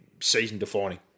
season-defining